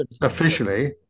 officially